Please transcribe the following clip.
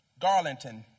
Garlington